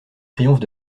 triomphe